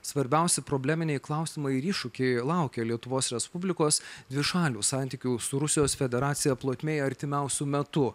svarbiausi probleminiai klausimai ir iššūkiai laukia lietuvos respublikos dvišalių santykių su rusijos federacija plotmėje artimiausiu metu